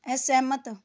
ਅਸਹਿਮਤ